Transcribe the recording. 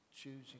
choosing